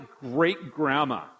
great-grandma